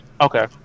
okay